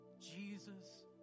Jesus